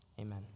Amen